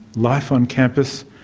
life on campus,